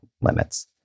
limits